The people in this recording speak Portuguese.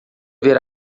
ver